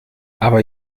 aber